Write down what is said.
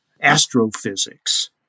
astrophysics